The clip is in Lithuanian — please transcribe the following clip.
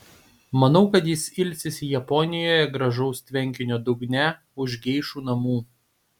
manau kad jis ilsisi japonijoje gražaus tvenkinio dugne už geišų namų